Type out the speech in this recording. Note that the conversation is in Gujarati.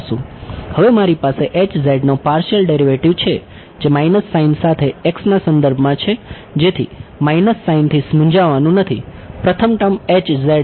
હવે મારી પાસે નો પાર્શિયલ ડેરિવેટિવ છે જે માઇનસ સાઇન સાથે x ના સંદર્ભમાં છે જેથી માઇનસ સાઇનથી મુંજાવાનું નથી પ્રથમ ટર્મ છે